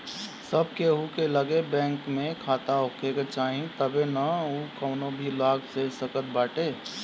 सब केहू के लगे बैंक में खाता होखे के चाही तबे नअ उ कवनो भी लाभ ले सकत बाटे